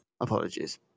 apologies